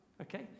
okay